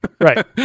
Right